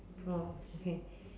oh okay